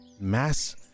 Mass